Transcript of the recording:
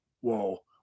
Whoa